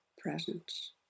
presence